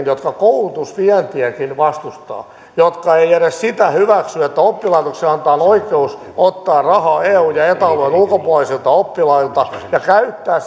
jotka koulutusvientiäkin vastustavat jotka eivät edes sitä hyväksy että oppilaitoksille annetaan oikeus ottaa rahaa eu ja eta alueen ulkopuolisilta oppilailta ja käyttää